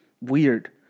weird